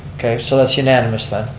okay, so that's unanimous then.